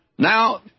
Now